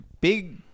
big